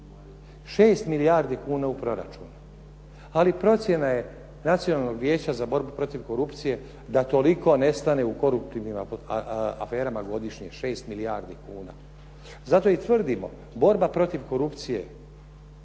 6 milijardi kuna u proračunu. Ali procjena Nacionalnog vijeća za borbu protiv korupcije da toliko ne stane u koruptivnim aferama godišnje. 6 milijardi kuna. Zato i tvrdimo, borba protiv korupcije,